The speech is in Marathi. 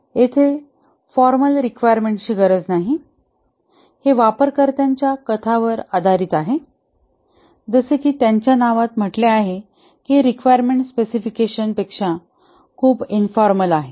येथे फॉर्मल रिक्वायरमेंट्सची गरज नाही हे वापरकर्त्याच्या कथांवर आधारित आहे जसे की त्याच्या नावात म्हटले आहे की हे रिक्वायरमेंट स्पेसिफिकेशन पेक्षा खूप इन्फॉर्मल आहे